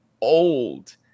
old